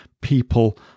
people